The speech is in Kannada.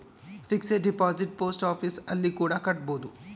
ಫಿಕ್ಸೆಡ್ ಡಿಪಾಸಿಟ್ ಪೋಸ್ಟ್ ಆಫೀಸ್ ಅಲ್ಲಿ ಕೂಡ ಕಟ್ಬೋದು